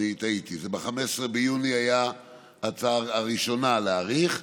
אני טעיתי: ב-15 ביוני הייתה ההצעה הראשונה להאריך,